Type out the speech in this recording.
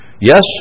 Yes